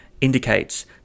indicates